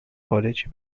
college